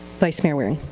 vice mayor waring